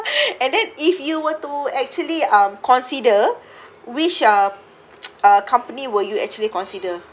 and then if you were to actually um consider which uh uh company where you actually consider